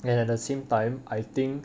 and at the same time I think